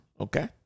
Okay